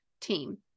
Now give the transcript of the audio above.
team